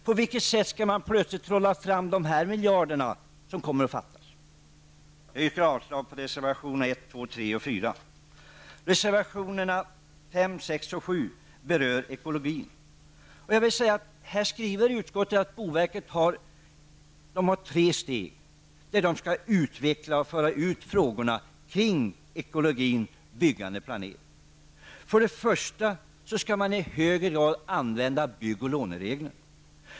På vilket sätt skall man plötsligt trolla fram de miljarder som kommer att fattas? Jag yrkar avslag på reservationerna nr 1, 2, 3 och 4. Reservationerna nr 5, 6 och 7 berör ekologin. Här skriver utskottet att boverket har tre steg när man skall utveckla och föra ut frågorna kring ekologi, byggande och planering. För det första skall man i högre grad använda bygg och lånereglerna.